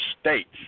states